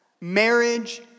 marriage